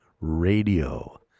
Radio